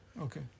Okay